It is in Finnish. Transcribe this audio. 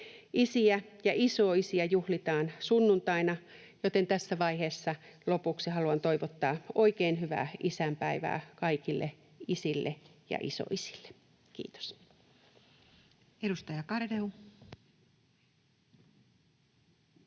Isiä ja isoisiä juhlitaan sunnuntaina, joten tässä vaiheessa lopuksi haluan toivottaa oikein hyvää isänpäivää kaikille isille ja isoisille. — Kiitos. [Speech